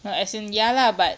no as in ya lah but